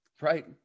Right